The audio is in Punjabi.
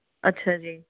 ਅੱਛਾ ਜੀ